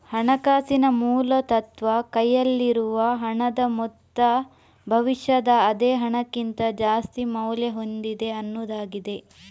ಹಣಕಾಸಿನ ಮೂಲ ತತ್ವ ಕೈಯಲ್ಲಿರುವ ಹಣದ ಮೊತ್ತ ಭವಿಷ್ಯದ ಅದೇ ಹಣಕ್ಕಿಂತ ಜಾಸ್ತಿ ಮೌಲ್ಯ ಹೊಂದಿದೆ ಅನ್ನುದಾಗಿದೆ